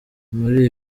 muri